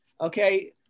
Okay